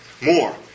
More